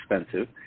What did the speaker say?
expensive